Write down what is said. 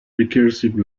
recursive